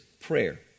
prayer